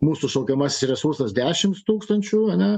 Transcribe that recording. mūsų šaukiamasis resursas dešims tūkstančių ane